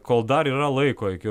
kol dar yra laiko iki